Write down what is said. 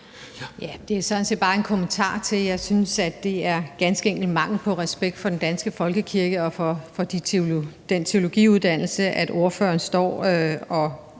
Det er sådan set bare en kommentar. Jeg synes, at det ganske enkelt er mangel på respekt for den danske folkekirke og for den teologiuddannelse, at ordføreren står og